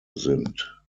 sind